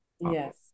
Yes